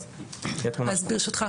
אז ברשותך,